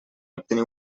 obtenir